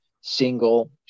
single